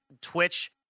Twitch